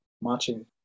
marching